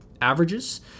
averages